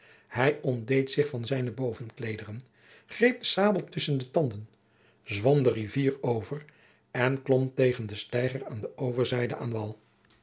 hij ontdeed zich van zijne bovenkleederen greep den sabel tusschen de tanden zwom de rivier over en klom tegen den steiger aan de overzijde aan wal